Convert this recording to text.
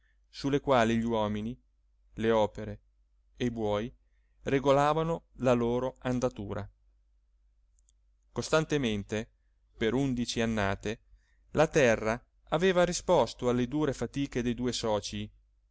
le quali gli uomini le opere e i buoi regolavano la loro andatura costantemente per undici annate la terra aveva risposto alle dure fatiche dei due soci